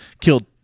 killed